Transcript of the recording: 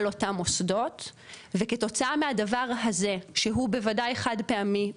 אותן מוסדות וכתוצאה מהדבר הזה שהוא בוודאי חד פעמי,